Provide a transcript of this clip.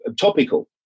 topical